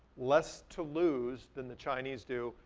less to lose than the chinese do,